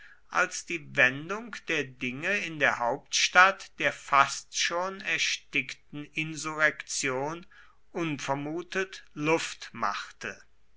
als die wendung der dinge in der hauptstadt der fast schon erstickten insurrektion unvermutet luft machte